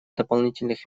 дополнительных